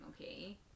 okay